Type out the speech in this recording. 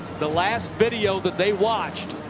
the last video that they watched